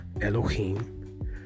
elohim